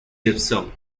gypsum